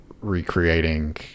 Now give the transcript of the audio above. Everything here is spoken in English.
recreating